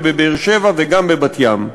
ובבאר-שבע וגם בבת-ים.